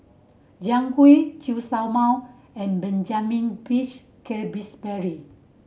Jiang Hu Chen Show Mao and Benjamin Peach Keasberry